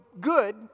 good